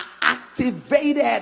activated